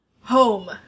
Home